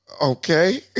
Okay